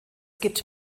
gibt